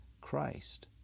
Christ